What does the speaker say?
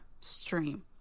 stream